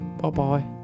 Bye-bye